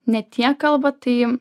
ne tiek kalba tai